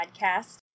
podcast